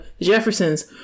Jeffersons